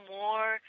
more